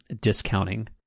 discounting